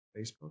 Facebook